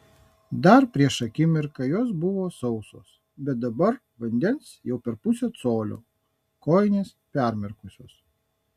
dar prieš akimirką jos buvo sausos bet dabar vandens jau per pusę colio kojinės permirkusios